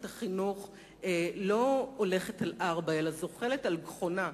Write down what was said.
החינוך לא הולכת על ארבע אלא זוחלת על גחונה,